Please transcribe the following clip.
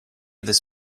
this